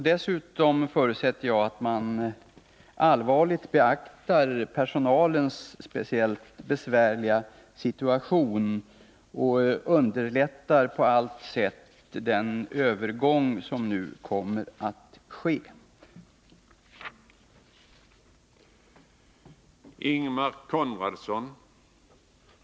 Dessutom förutsätter jag att man allvarligt beaktar personalens speciellt besvärliga situation och på allt sätt underlättar den övergång till nya regioner som nu kommer att ske.